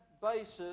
basis